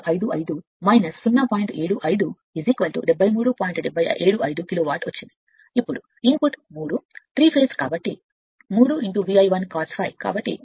75 kilo watt సరైనది ఇప్పుడు input 3 3 phase కాబట్టి 3 V I 1 cos 𝝫 కాబట్టి 3 500 3 103